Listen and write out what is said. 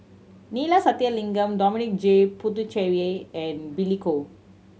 Neila Sathyalingam Dominic J Puthucheary and Billy Koh